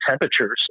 temperatures